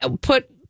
put